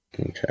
Okay